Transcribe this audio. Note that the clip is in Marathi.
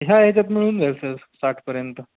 ह्या याच्यात मिळून जाईल सर साठपर्यंत